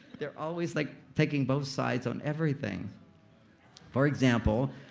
they're always like taking both sides on everything for example,